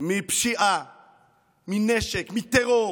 מפשיעה מנשק, מטרור.